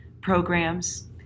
programs